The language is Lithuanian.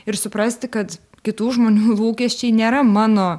ir suprasti kad kitų žmonių lūkesčiai nėra mano